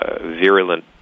virulent